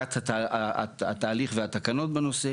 הבניית התהליך והתקנות בנושא.